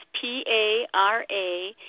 P-A-R-A